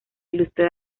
ilustra